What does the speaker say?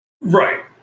right